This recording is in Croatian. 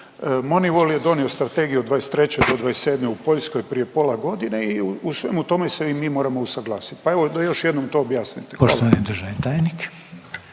Moni Vol je donio strategiju od 2023. do 2027. u Poljskoj prije pola godine i u svemu tome se i mi moramo usuglasiti, pa evo da još jednom to objasnite.